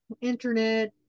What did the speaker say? internet